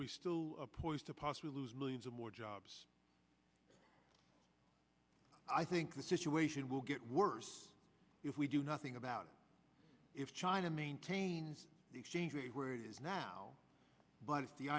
we still poised to pass lose millions more jobs i think the situation will get worse if we do nothing about it if china maintains the exchange rate where it is now but if the